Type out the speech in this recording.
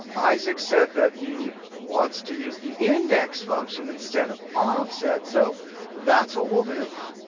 isaac said that he wants to use the index function instead of offset, so that's what we'll do,